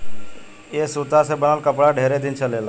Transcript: ए सूता से बनल कपड़ा ढेरे दिन चलेला